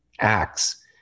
acts